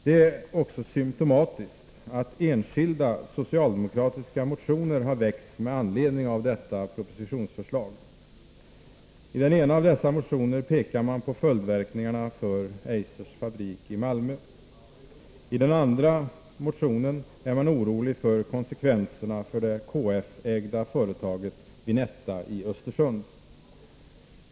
Det är också symtomatiskt att enskilda socialdemokratiska motioner har väckts med anledning av detta propositionsförslag. I den ena av dessa motioner pekar man på följdverkningarna för Eisers fabrik i Malmö. I den andra motionen är man orolig för konsekvenserna för det KF-ägda företaget Vinetta i Östersund.